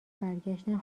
برگشتن